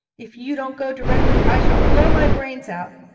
if you don't go directly, i shall blow my brains out